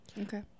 Okay